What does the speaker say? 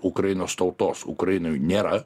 ukrainos tautos ukrainoj nėra